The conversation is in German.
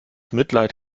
mitleid